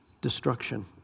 destruction